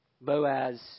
Boaz